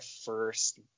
first